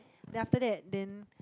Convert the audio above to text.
then after that then